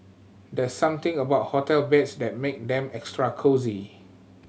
there's something about hotel beds that make them extra cosy